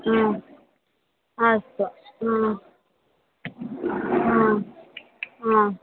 अस्तु